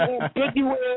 ambiguous